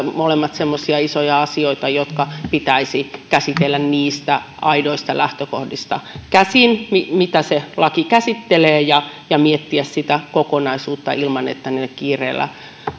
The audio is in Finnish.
semmoisia isoja asioita jotka pitäisi käsitellä niistä aidoista lähtökohdista käsin mitä se laki käsittelee ja ja miettiä sitä kokonaisuutta ilman että niitä kiireellä